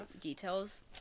details